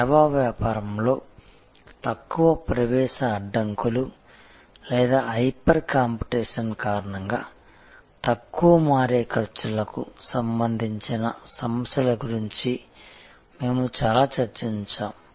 png సేవా వ్యాపారంలో తక్కువ ప్రవేశ అడ్డంకులు లేదా హైపర్ కాంపిటీషన్ కారణంగా తక్కువ మారే ఖర్చులకు సంబంధించిన సమస్యల గురించి మేము చాలా చర్చించాము